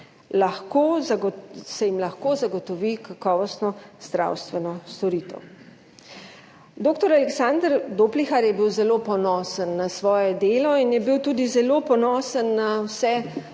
lahko zagotovi kakovostno zdravstveno storitev. Doktor Aleksander Doplihar je bil zelo ponosen na svoje delo in je bil tudi zelo ponosen na vse